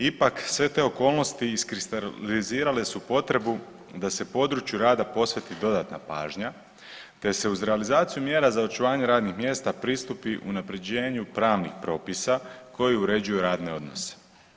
Ipak sve te okolnosti iskristalizirale su potrebu da se području rada posveti dodatna pažnja, te se uz realizaciju mjera za očuvanje radnih mjesta pristupi unaprjeđenju pravnih propisa koji uređuju pravne odnose.